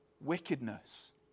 wickedness